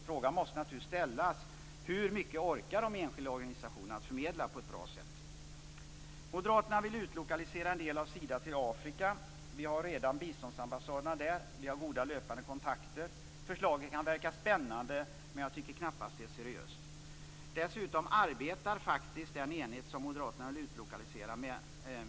Frågan måste naturligtvis ställas: Hur mycket orkar de enskilda organisationerna att förmedla på ett bra sätt? Moderaterna vill utlokalisera en del av Sida till Afrika. Vi har redan biståndsambassader där med goda löpande kontakter. Förslaget verkar spännande, men det är knappast seriöst.